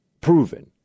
proven